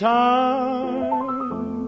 time